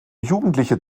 jugendliche